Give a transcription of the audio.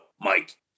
Mike